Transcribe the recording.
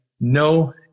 no